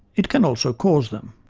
it can also cause them.